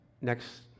next